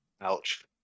Ouch